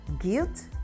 Guilt